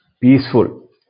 peaceful